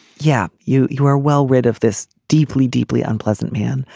yeah. you you are well rid of this deeply deeply unpleasant man.